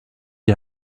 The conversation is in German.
die